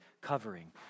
covering